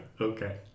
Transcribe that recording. Okay